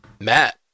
Matt